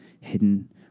hidden